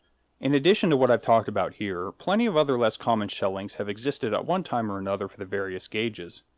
in addition to what i've talked about here, plenty of other less-common shell lengths have existed at one time or another for the various gauges,